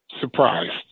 surprised